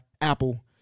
Apple